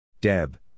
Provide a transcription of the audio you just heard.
Deb